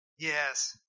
Yes